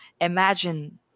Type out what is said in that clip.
imagine